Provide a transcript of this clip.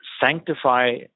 sanctify